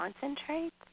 concentrate